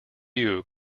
view